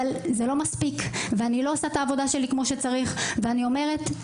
אבל זה לא מספיק ואני לא עושה את העבודה שלי כמו שצריך ואני אומרת,